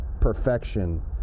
perfection